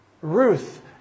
Ruth